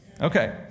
Okay